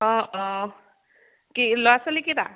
অঁ অঁ কি ল'ৰা ছোৱালী কেইটা